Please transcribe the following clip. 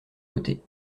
côtés